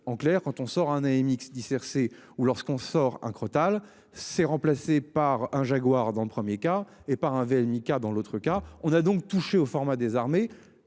En clair, quand on sort un AMX 10 RC, ou lorsqu'on sort un crotale c'est remplacé par un jaguar dans le 1er cas et par un VL Mica. Dans l'autre cas, on a donc touché au format des armées,